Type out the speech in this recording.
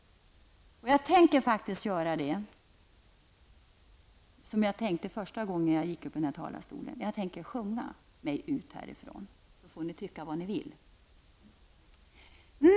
Jag tänker faktiskt göra vad jag tänkte göra första gången jag gick upp i denna talarstol. Jag tänker sjunga mig ut härifrån, så får ni tycka vad ni vill.